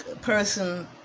person